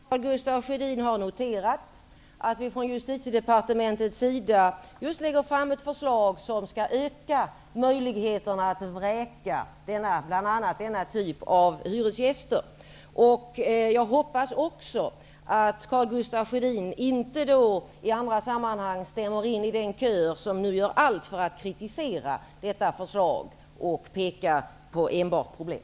Herr talman! Jag hoppas att Karl Gustaf Sjödin har noterat att vi från Justitiedepartementets sida just har lagt fram ett förslag som skall öka möjligheterna för fastighetsägare att vräka bl.a. denna typ av hyresgäster. Jag hoppas också att Karl Gustaf Sjödin inte i andra sammanhang stämmer in i den kör som gör allt för att kritisera detta förslag och peka enbart på problem.